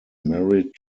married